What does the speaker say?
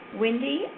Wendy